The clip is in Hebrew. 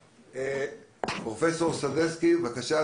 פרופסור סדצקי, בבקשה.